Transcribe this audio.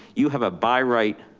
you have a by right